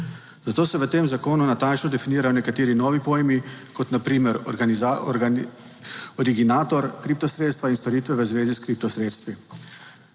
Zato se v tem zakonu natančno definirajo nekateri novi pojmi, kot na primer originator kriptosredstva in storitve v zvezi s kripto sredstvi.